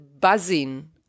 buzzing